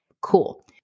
Cool